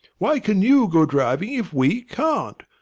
why can you go driving if we can't?